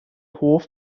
hoff